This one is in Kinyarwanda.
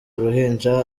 uruhinja